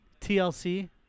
TLC